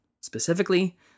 Specifically